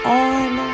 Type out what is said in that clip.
on